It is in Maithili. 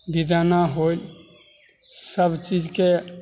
बिदाना होएल सभचीजके